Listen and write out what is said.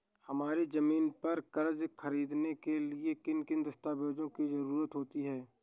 हमारी ज़मीन पर कर्ज ख़रीदने के लिए किन किन दस्तावेजों की जरूरत होती है?